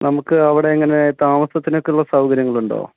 നമുക്ക് അവിടെ എങ്ങനെ താമസത്തിനൊക്കെയുള്ള സൗകര്യങ്ങളുണ്ടോ